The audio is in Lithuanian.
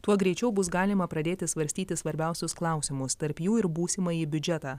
tuo greičiau bus galima pradėti svarstyti svarbiausius klausimus tarp jų ir būsimąjį biudžetą